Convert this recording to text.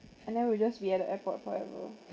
and then we'll just be at the airport forever